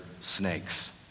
snakes